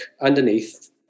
underneath